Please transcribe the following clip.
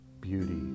beauty